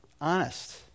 honest